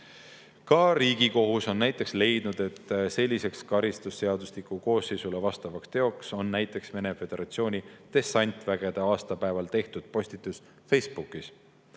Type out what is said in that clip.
Riigikohus on leidnud, et selline karistusseadustiku koosseisule vastav tegu on näiteks Venemaa Föderatsiooni dessantvägede aastapäeval tehtud postitus Facebookis,